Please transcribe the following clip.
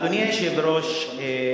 אדוני היושב-ראש,